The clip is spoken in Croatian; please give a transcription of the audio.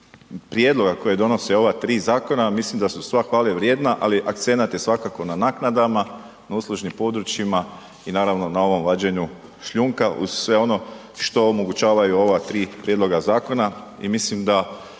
prijedloge koje donose ova tri zakona, mislim da su sva hvale vrijedna ali akcenat je svakako na naknadama, na uslužnim područjima i naravno na ovom vađenju šljunka uz sve ono što omogućavaju ova tri prijedloga zakona. I mislim da